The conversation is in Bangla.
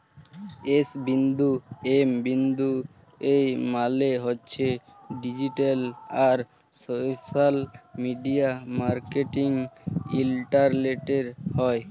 এস বিন্দু এম বিন্দু ই মালে হছে ডিজিট্যাল আর সশ্যাল মিডিয়া মার্কেটিং ইলটারলেটে হ্যয়